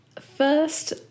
first